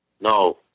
No